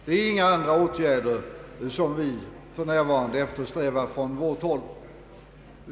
Det är inga andra åtgärder som vi för närvarande eftersträvar från vårt håll.